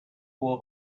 quo